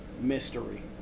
mystery